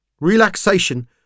Relaxation